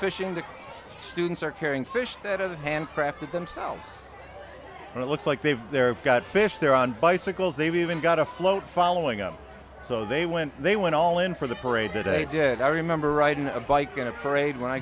fishing the students are carrying fish that other hand crafted themselves and it looks like they've they're got fish there on bicycles they've even got a float following up so they went they went all in for the parade today did i remember riding a bike in a parade when i